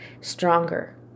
stronger